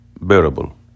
bearable